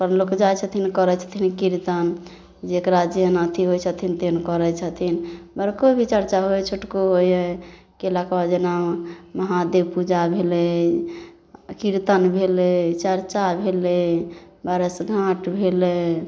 सभलोक जाइ छथिन करै छथिन किरतन जकरा जेहन अथी होइ छथिन तेहन करै छथिन बड़को भी चरचा होइ छोटको होइ हइ कएलाके बाद जेना महादेव पूजा भेलै किरतन भेलै चरचा भेलै बरसगाँठ भेलै